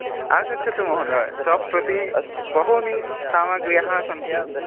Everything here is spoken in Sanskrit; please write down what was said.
आगच्छतु महोदयः शाप् प्रति बहूनि सामग्र्यः सन्ति